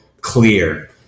clear